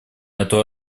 эту